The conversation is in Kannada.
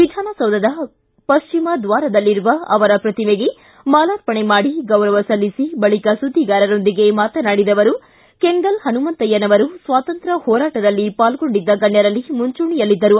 ವಿಧಾನಸೌಧದ ಪಶ್ಚಿಮದ್ವಾರದಲ್ಲಿರುವ ಅವರ ಪ್ರತಿಮೆಗೆ ಮಾಲಾರ್ಪಣೆ ಮಾಡಿ ಗೌರವ ಸಲ್ಲಿಸಿ ಬಳಿಕ ಸುದ್ದಿಗಾರರೊಂದಿಗೆ ಮಾತನಾಡಿದ ಅವರು ಕೆಂಗಲ್ ಹನುಮಂತಯ್ನವರು ಸ್ವಾತಂತ್ರ್ಯ ಹೋರಾಟದಲ್ಲಿ ಪಾಲ್ಗೊಂಡಿದ್ದ ಗಣ್ಣರಲ್ಲಿ ಮುಂಚೂಣಿಯಲ್ಲಿದ್ದರು